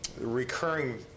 recurring